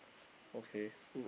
okay